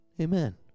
Amen